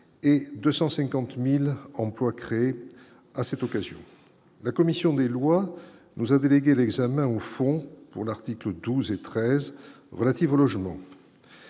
et 250000 emplois créés à cette occasion la commission des loi nous a délégué l'examen au fond pour l'article 12 et 13 relatives au logement.